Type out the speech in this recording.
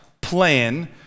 plan